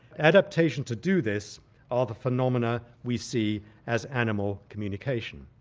adaptation to do this are the phenomena we see as animal communication.